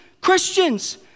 Christians